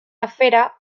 afera